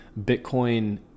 Bitcoin